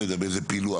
איזשהו פילוח,